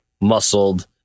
muscled